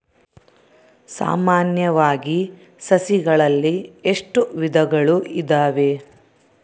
ಸಾಮಾನ್ಯವಾಗಿ ಸಸಿಗಳಲ್ಲಿ ಎಷ್ಟು ವಿಧಗಳು ಇದಾವೆ?